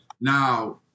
Now